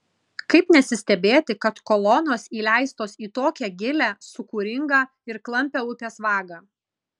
kaip nesistebėti kad kolonos įleistos į tokią gilią sūkuringą ir klampią upės vagą